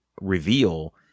reveal